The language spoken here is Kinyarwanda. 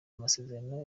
masezerano